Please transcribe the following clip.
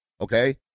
okay